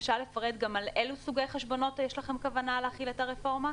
לפרט גם על אלו סוגי חשבונות יש לכם כוונה להחיל את הרפורמה?